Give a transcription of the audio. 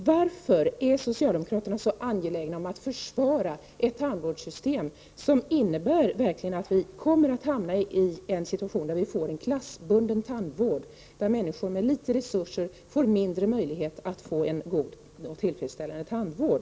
Varför är socialdemokraterna så angelägna om att försvara ett tandvårdssystem som verkligen innebär att vi kommer att hamna i en situation där vi får en klassbunden tandvård och där människor med små resurser får mindre möjlighet att få god och tillfredsställande tandvård?